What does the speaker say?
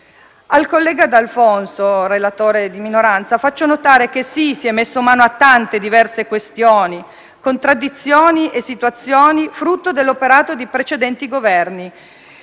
Al collega D'Alfonso, relatore di minoranza, faccio notare che, sì, si è messo mano a tante, diverse questioni, contraddizioni e situazioni frutto dell'operato di precedenti Governi.